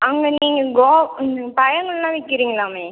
அங்கே நீங்கள் கோவ் ம் பழங்கள்லாம் விற்கிறீங்கலாமே